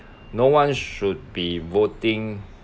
no one should be voting